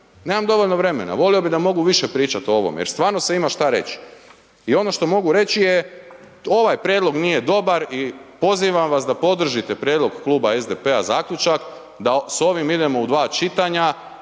nemam dovoljno vremena, volio bi da mogu više pričat o ovome jer stvarno se ima šta reć i ono što mogu reć je ovaj prijedlog nije dobar i pozivam vas da podržite prijedlog Kluba SDP-a zaključak da s ovim idemo u dva čitanja